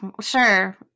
sure